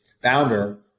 founder